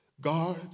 God